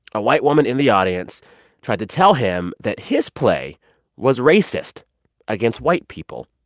a white woman in the audience tried to tell him that his play was racist against white people,